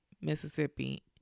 Mississippi